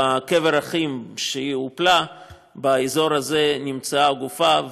בקבר אחים באזור הזה שבו היא הופלה נמצאה הגופה,